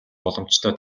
боломжтой